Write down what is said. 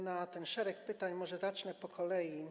na ten szereg pytań może zacznę po kolei.